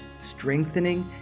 strengthening